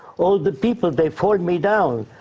all the people, they fall me down.